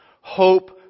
Hope